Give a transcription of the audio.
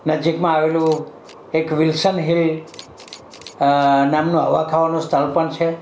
નજીકમાં આવેલું એક વિલ્સન હિલ નામનું હવા ખાવાનું સ્થળ પણ છે